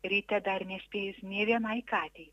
ryte dar nespėjus nė vienai katei